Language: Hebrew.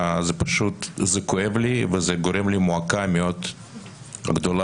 זה כואב לי וגורם לי למועקה מאוד גדולה.